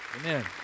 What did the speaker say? Amen